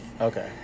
Okay